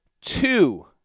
two